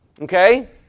okay